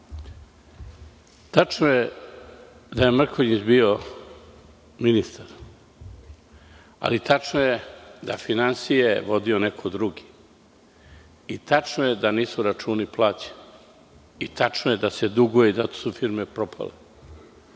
Tačno je da je Mrkonjić bio ministar, ali tačno je i da je finansije vodio neko drugi. Tačno je da nisu računi plaćeni i tačno je da se duguje. Zato su firme i propale.